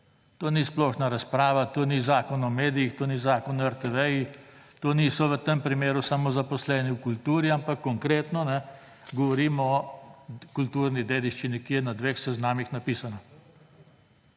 To ni splošna razprava, to ni Zakon o medijih, to ni Zakon o RTV, to niso v tem primeru samozaposleni v kulturi, ampak konkretno govorimo o kulturni dediščini, ki je na dveh seznamih napisana.